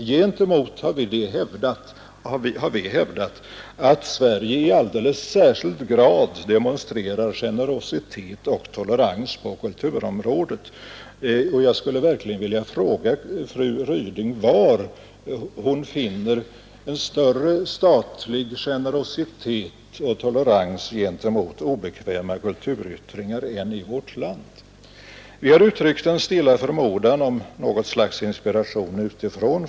Gentemot detta har vi hävdat att Sverige i alldeles särskild grad demonstrerar generositet och tolerans på kulturområdet. Jag skulle verkligen vilja fråga fru Ryding var hon finner större statlig generositet och tolerans gentemot obekväma kulturyttringar än i vårt land. Vi har uttryckt en stilla förmodan om något slags inspiration utifrån.